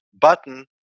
button